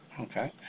Okay